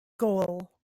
goal